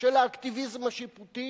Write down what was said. של האקטיביזם השיפוטי,